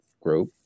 group